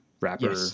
rapper